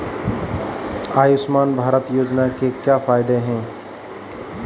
आयुष्मान भारत योजना के क्या फायदे हैं?